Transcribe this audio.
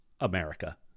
america